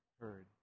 heard